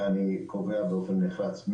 אני קובע באופן נחרץ,